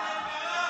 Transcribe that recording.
חבל,